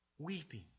Weeping